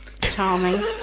Charming